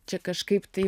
čia kažkaip tai